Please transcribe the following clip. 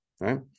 right